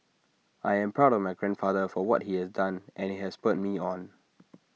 I am proud of my grandfather for what he has done and IT has spurred me on